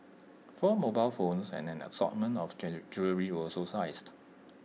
four mobile phones and an assortment of jewellery were also seized